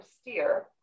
steer